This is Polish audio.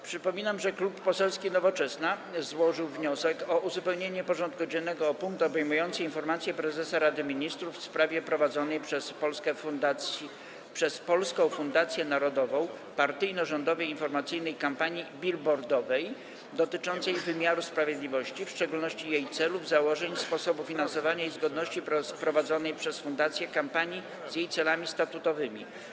Przypominam, że Klub Poselski Nowoczesna złożył wniosek o uzupełnienie porządku dziennego o punkt obejmujący informację prezesa Rady Ministrów w sprawie prowadzonej przez Polską Fundację Narodową partyjno-rządowej informacyjnej kampanii billboardowej dotyczącej wymiaru sprawiedliwości, w szczególności jej celów, założeń, sposobu finansowania i zgodności prowadzonej przez fundację kampanii z jej celami statutowymi.